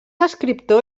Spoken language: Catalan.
escriptor